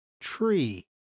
tree